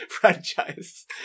franchise